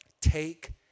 Take